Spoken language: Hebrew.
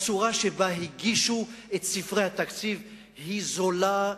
הצורה שבה הגישו את ספרי התקציב היא זולה,